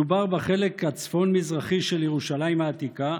מדובר בחלק הצפון-מזרחי של ירושלים העתיקה,